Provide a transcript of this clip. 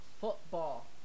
football